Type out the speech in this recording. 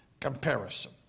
comparison